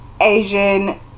Asian